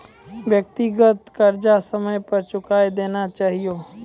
व्यक्तिगत कर्जा समय पर चुकाय देना चहियो